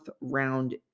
round